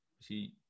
See